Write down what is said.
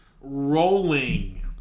rolling